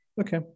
Okay